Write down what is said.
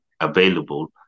available